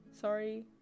sorry